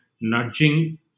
nudging